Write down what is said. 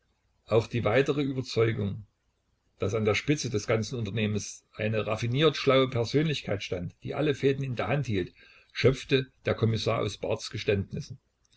auch die weitere überzeugung daß an der spitze des ganzen unternehmens eine raffiniert schlaue persönlichkeit stand die alle fäden in der hand hielt schöpfte der kommissar aus barths geständnissen